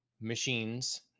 machines